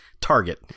target